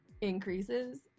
increases